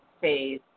phase